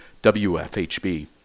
WFHB